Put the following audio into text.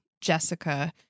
Jessica